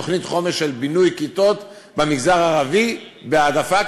תוכנית חומש של בינוי כיתות במגזר הערבי בהעדפה,